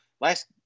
last